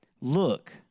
Look